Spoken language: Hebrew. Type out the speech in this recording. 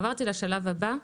עברתי לשלב הבא.